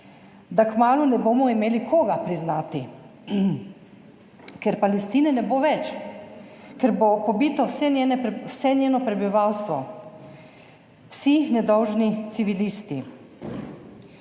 da kmalu ne bomo imeli koga priznati, ker Palestine ne bo več, ker bo pobito vse njeno prebivalstvo, vsi nedolžni civilisti.